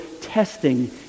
testing